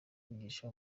kuvugisha